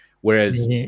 Whereas-